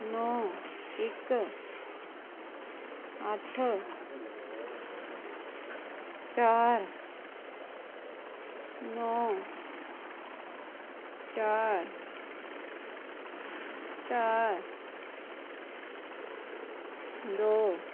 नौ इक अट्ठ चार नौ चार चार दो